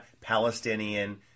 Palestinian